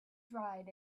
dried